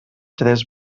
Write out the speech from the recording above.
tres